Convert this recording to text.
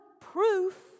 proof